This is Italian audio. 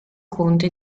conte